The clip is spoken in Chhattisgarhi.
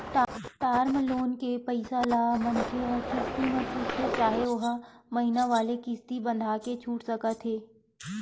टर्म लोन के पइसा ल मनखे ह किस्ती म छूटथे चाहे ओहा महिना वाले किस्ती बंधाके छूट सकत हे